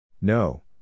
No